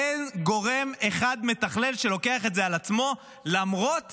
ואין גורם אחד מתכלל שלוקח את זה על עצמו למרות